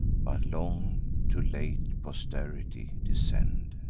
but long to late posterity descend